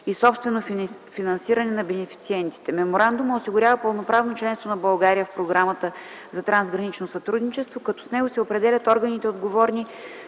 и собствено финансиране на бенефициентите. Меморандумът осигурява пълноправно членство на България в програмата за трансгранично сътрудничество, като с него се определят органите, отговорни